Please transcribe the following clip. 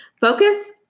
focus